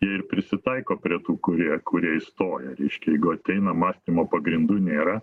ir prisitaiko prie tų kurie kurie įstoja reiškia jeigu ateina mąstymo pagrindų nėra